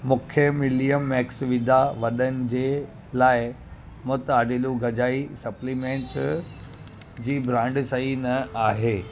मूंखे मिलियल मैक्सविदा वड॒नि जे लाइ मुतआडिलु गजाई सप्लीमेंट जी ब्रांड सही न आहे